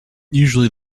usually